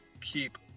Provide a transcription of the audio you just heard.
keep